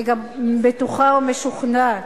אני גם בטוחה ומשוכנעת